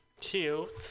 Cute